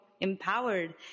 empowered